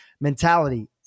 mentality